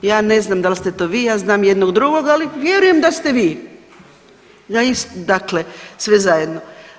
Ja ne znam dal ste to vi, ja znam jednog drugog, ali vjerujem da ste vi, dakle sve zajedno.